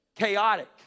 Chaotic